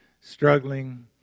struggling